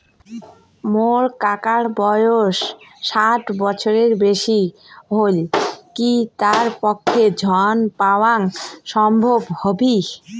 মোর কাকার বয়স ষাট বছরের বেশি হলই কি তার পক্ষে ঋণ পাওয়াং সম্ভব হবি?